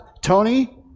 Tony